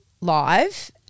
live –